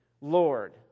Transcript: Lord